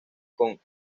con